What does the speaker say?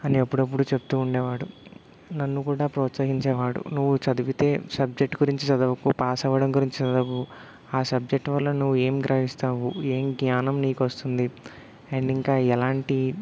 అని అప్పుడప్పుడు చెప్తూ ఉండేవాడు నన్ను కూడా ప్రోత్సాహించేవాడు నువ్వు చదివితే సబ్జెక్టు గురించి చదవకు పాసవడం గురించి చదవు ఆ సబ్జెక్ట్ వల్ల నువ్వు ఏం గ్రహిస్తావు ఏం జ్ఞానం నీకు వస్తుంది అండ్ ఇంకా ఎలాంటి